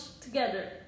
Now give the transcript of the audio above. together